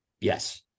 Yes